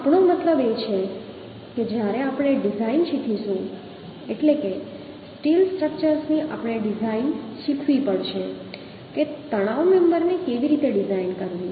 તો અમારો મતલબ એ છે કે જ્યારે આપણે ડિઝાઇન શીખીશું એટલે સ્ટીલ સ્ટ્રક્ચર્સની ડિઝાઇન આપણે શીખવું પડશે કે તણાવ મેમ્બરને કેવી રીતે ડિઝાઇન કરવી